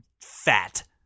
fat